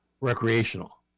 recreational